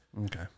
Okay